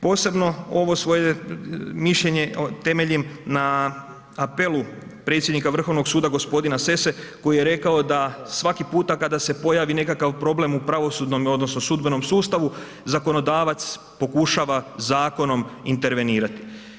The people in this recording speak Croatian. Posebno ovo svoje mišljenje temeljim na apelu predsjedniku Vrhovnog suda gospodina Sesse koji je rekao da svaki puta kada se pojavi nekakav problem u pravosudnom odnosno sudbenom sustavu zakonodavac pokušava zakonom intervenirati.